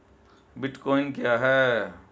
Bitcoin क्या है?